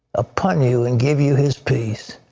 upon you and give you his peace.